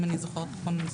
אם אני זוכרת נכון,